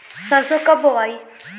सरसो कब बोआई?